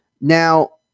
Now